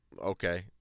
Okay